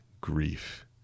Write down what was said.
grief